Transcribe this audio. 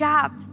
God